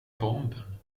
bomben